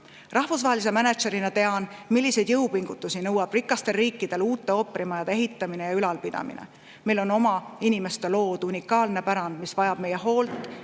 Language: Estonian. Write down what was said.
Rahvusvahelise mänedžerina tean, milliseid jõupingutusi nõuab rikastelt riikidelt uute ooperimajade ehitamine ja ülalpidamine. Meil on oma inimeste loodud unikaalne pärand, mis vajab meie hoolt